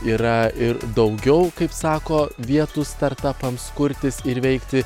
yra ir daugiau kaip sako vietų startapams kurtis ir veikti